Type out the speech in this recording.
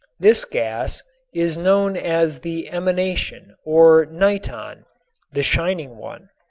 this gas is known as the emanation or niton, the shining one.